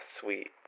sweet